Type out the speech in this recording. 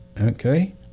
Okay